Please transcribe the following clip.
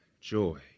joy